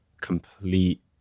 complete